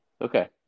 Okay